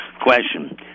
question